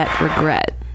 Regret